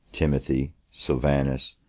timothy, sylvanus,